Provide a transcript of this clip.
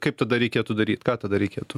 kaip tada reikėtų daryt ką tada reikėtų